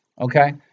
Okay